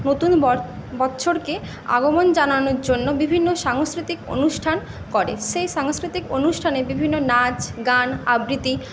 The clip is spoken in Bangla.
নতুন বর বছর আগমন জানানোর জন্য বিভিন্ন সাংস্কৃতিক অনুষ্ঠান করে সেই সাংস্কৃতিক অনুষ্ঠানে বিভিন্ন নাচ গান আবৃত্তি